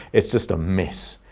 it's just a mess.